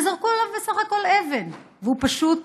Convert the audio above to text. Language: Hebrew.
וזרקו עליו בסך הכול אבן, והוא פשוט